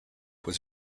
was